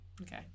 Okay